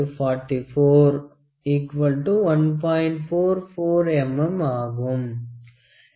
44 mm ஆகும்